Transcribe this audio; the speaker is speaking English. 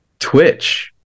Twitch